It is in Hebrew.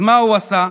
אז מה הוא עשה?